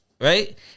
Right